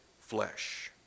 flesh